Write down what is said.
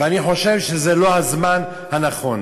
ואני חושב שזה לא הזמן הנכון.